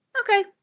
okay